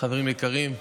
חברים יקרים,